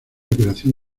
creación